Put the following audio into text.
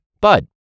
bud